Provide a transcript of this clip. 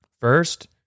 first